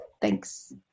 thanks